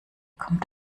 kommt